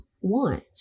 want